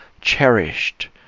cherished